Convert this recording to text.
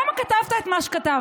למה כתבת את מה שכתבת?